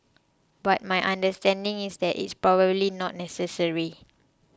but my understanding is that it's probably not necessary